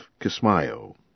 Kismayo